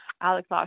Alex